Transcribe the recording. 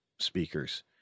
speakers